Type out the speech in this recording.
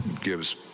gives